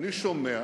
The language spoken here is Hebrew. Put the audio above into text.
אני שומע